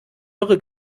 irre